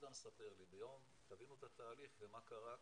יהודה מספר לי, תבינו את התהליך ומה קרה כאן.